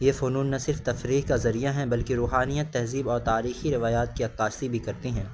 یہ فنون نہ صرف تفریح کا ذریعہ ہیں بلکہ روحانیت تہذیب اور تاریخی روایات کی عکاسی بھی کرتی ہیں